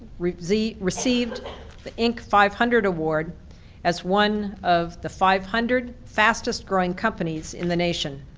received received the inc five hundred award as one of the five hundred fastest growing companies in the nation.